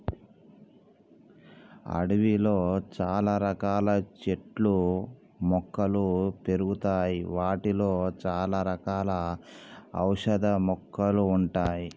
అడవిలో చాల రకాల చెట్లు మొక్కలు పెరుగుతాయి వాటిలో చాల రకాల ఔషధ మొక్కలు ఉంటాయి